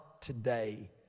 today